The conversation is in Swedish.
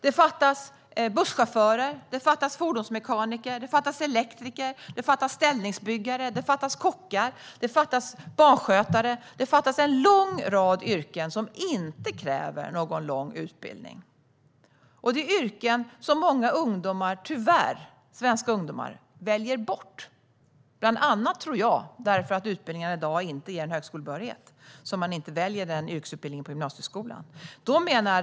Det fattas busschaufförer, fordonsmekaniker, elektriker, ställningsbyggare, kockar, barnskötare och en lång rad arbetstagare i yrken som inte kräver någon lång utbildning. Det är yrken som många svenska ungdomar tyvärr väljer bort, bland annat - tror jag - därför att utbildningarna i dag inte ger högskolebehörighet. Därför väljer de inte en yrkesutbildning på gymnasieskolan.